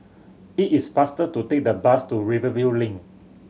it is faster to take the bus to Rivervale Link